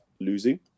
losing